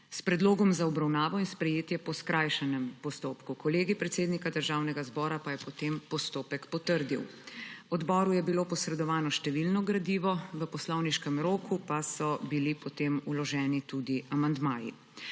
s predlogom za obravnavo in sprejetje po skrajšanem postopku. Kolegij predsednika Državnega zbora pa je potem postopek potrdil. Odboru je bilo posredovano številno gradivo. V poslovniškem roku pa so bili potem vloženi tudi amandmaji.